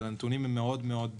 אבל הנתונים הם נמוכים מאוד.